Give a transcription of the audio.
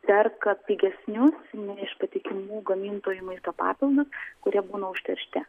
perka pigesnių ne iš patikimų gamintojų maisto papildus kurie būna užteršti